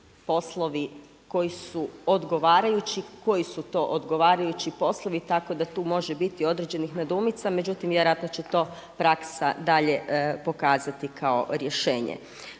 koji su to odgovarajući poslovi tako da tu može biti određenih nedoumica, međutim vjerojatno će to praksa dalje pokazati kao rješenje.